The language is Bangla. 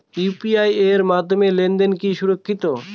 ইউ.পি.আই এর মাধ্যমে লেনদেন কি সুরক্ষিত?